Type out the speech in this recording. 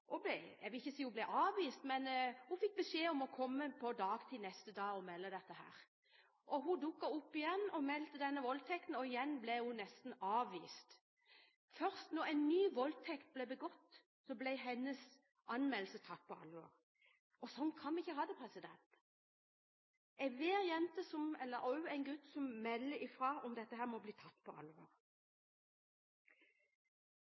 Jeg vil ikke si at hun ble avvist, men hun fikk beskjed om å komme på dagtid neste dag og melde saken. Hun dukket opp igjen og meldte denne voldtekten, og igjen ble hun nesten avvist. Først da en ny voldtekt ble begått, ble hennes anmeldelse tatt på alvor. Sånn kan vi ikke ha det. Enhver jente – eller gutt – som melder fra om dette, må bli tatt på alvor.